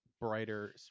brighter